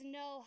no